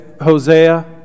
Hosea